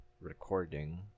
recording